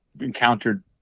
encountered